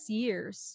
years